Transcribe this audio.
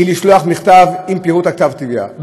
היא לשלוח מכתב עם פירוט כתב התביעה,